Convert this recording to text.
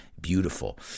beautiful